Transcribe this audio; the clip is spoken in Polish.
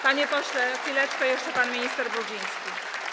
Panie pośle, chwileczkę, jeszcze pan minister Brudziński.